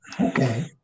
okay